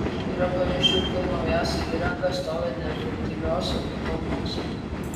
yra pavyzdžių kur naujausia įranga stovi neefektyviose patalpose